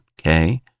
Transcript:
okay